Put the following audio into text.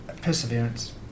perseverance